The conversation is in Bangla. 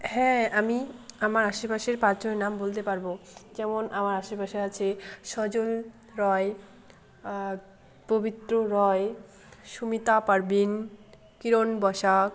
হ্যাঁ আমি আমার আশেপাশের পাঁচ জনের নাম বলতে পারব যেমন আমার আশেপাশে আছে সজল রায় পবিত্র রায় সুমিতা পারভিন কিরণ বসাক